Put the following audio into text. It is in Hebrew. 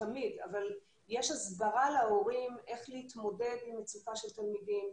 אבל יש הסברה להורים איך להתמודד עם מצוקה של תלמידים,